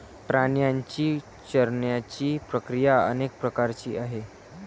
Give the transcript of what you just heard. प्राण्यांची चरण्याची प्रक्रिया अनेक प्रकारची आहे